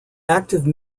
active